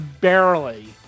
barely